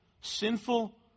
sinful